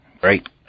Great